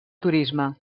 turisme